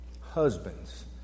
Husbands